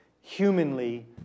humanly